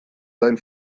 sein